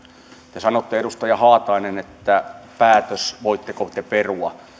te sanoitte edustaja haatainen että voitteko te perua päätöksen